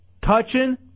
Touching